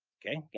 okay.